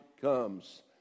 comes